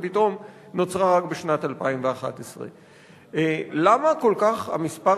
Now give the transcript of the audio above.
ופתאום נוצרה רק בשנת 2011. למה המספר